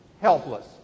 helpless